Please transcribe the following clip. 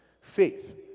Faith